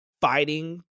fighting –